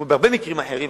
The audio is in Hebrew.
כמו בהרבה מקרים אחרים,